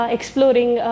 Exploring